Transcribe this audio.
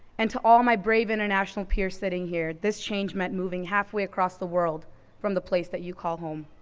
and to all my brave international peers sitting here, this change meant moving halfway across the world from the place that you call home.